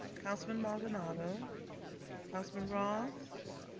councilman maldonado councilman roth. yes.